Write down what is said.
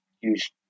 use